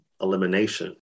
elimination